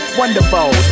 wonderful